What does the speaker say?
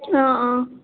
অঁ অঁ